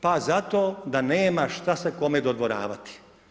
Pa zato da nema šta se kome dodvoravati.